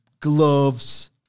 Gloves